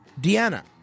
Deanna